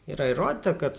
yra įrodyta kad